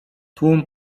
tłum